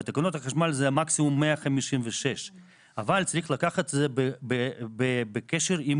בתקנות החשמל המקסימום הוא 1.56 אבל צריך לקחת את זה בקשר עם